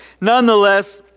nonetheless